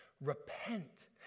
Repent